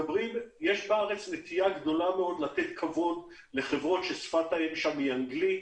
יש בארץ נטייה גדולה מאוד לתת כבוד לחברות ששפת האם שלהן אנגלית,